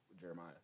Jeremiah